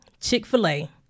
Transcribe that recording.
Chick-fil-A